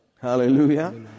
Hallelujah